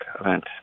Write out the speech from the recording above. event